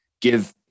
give